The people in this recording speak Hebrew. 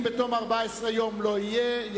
אם בתום 14 יום לא יהיו התנגדויות,